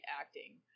acting